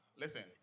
Listen